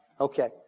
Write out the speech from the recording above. Okay